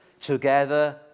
together